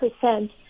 percent